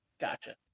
Gotcha